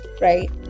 right